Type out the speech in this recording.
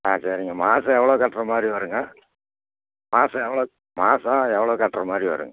ஆ சரிங்க மாதம் எவ்வளோ கட்டுற மாதிரி வருமுங்க மாதம் எவ்வளோ மாதம் எவ்வளோ கட்டுற மாதிரி வரும்